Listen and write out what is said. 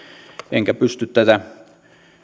enkä pysty tätä